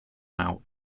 out